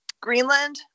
Greenland